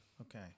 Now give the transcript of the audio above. Okay